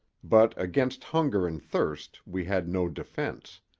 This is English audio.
but against hunger and thirst we had no defense.